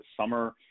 summer